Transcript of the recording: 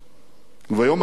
וביום הנוקב הזה,